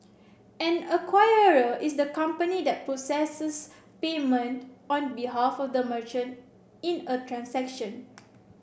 an acquirer is the company that processes payment on behalf of the merchant in a transaction